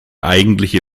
eigentliche